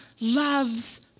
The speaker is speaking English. loves